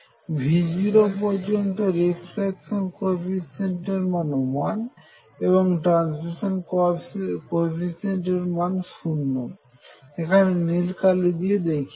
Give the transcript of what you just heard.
V0 পর্যন্ত reflection কোইফিশিয়েন্টের মান 1 এবং ট্রান্সমিশন কোইফিশিয়েন্টের মান 0 এখানে নীল কালি দিয়ে দেখিয়েছি